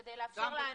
-- כדי לאפשר לאנשים